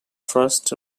first